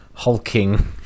hulking